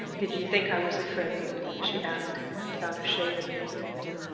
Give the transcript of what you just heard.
did you think i was afraid? she asked him, without a shade of annoyance.